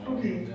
Okay